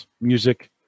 music